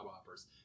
offers